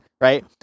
right